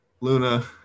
Luna